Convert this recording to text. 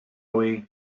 away